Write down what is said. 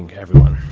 yeah everyone.